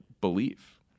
belief